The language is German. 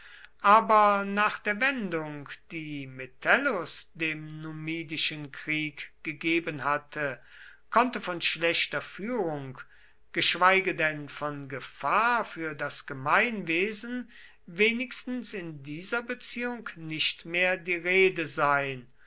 aber nach der wendung die metellus dem numidischen krieg gegeben hatte konnte von schlechter führung geschweige denn von gefahr für das gemeinwesen wenigstens in dieser beziehung nicht mehr die rede sein